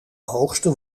hoogste